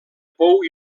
pou